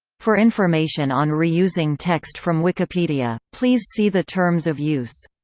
for information on reusing text from wikipedia, please see the terms of use.